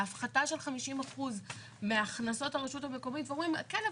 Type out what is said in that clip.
מהפחתה של 50% מהכנסות הרשות המקומית ואומרים 'כן,